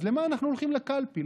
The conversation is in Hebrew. אז למה אנחנו הולכים לקלפי?